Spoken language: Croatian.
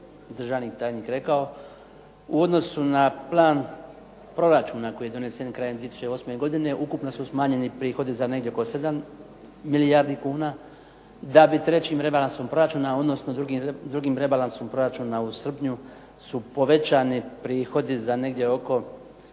državni tajnik rekao u odnosu na plan proračuna koji je donesen krajem 2008. godine ukupno su smanjeni prihodi za negdje oko 7 milijardi kuna, da bi trećim rebalansom proračuna, odnosno drugim rebalansom proračuna u srpnju su povećani prihodi za negdje oko